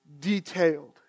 detailed